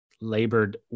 labored